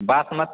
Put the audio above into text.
बासम